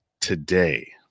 today